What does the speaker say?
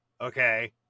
Okay